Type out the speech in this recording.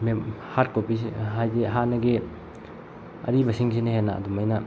ꯍꯥꯠ ꯀꯣꯄꯤꯁꯦ ꯍꯥꯏꯗꯤ ꯍꯥꯟꯅꯒꯤ ꯑꯔꯤꯕꯁꯤꯡꯁꯤꯅ ꯍꯦꯟꯅ ꯑꯗꯨꯃꯥꯏꯅ